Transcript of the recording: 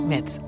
Met